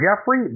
Jeffrey